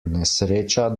nesreča